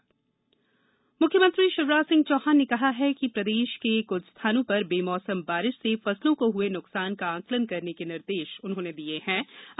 किसान राहत मुख्यमंत्री शिवराज सिंह चौहान ने कहा कि प्रदेश के कुछ स्थानों पर बेमौसम बारिश से फसलों को हुए नुकसान का आंकलन करने के निर्देश दिये गये हैं